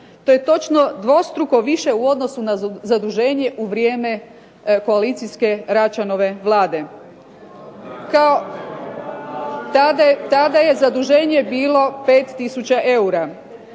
To je točno dvostruko više u odnosu na zaduženje u vrijeme koalicijske Račanove vlade. Tada je zaduženje bilo 5000 eura.